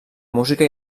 música